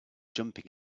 jumping